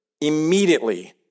Immediately